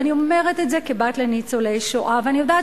ואני אומרת את זה כבת לניצולי שואה ואני יודעת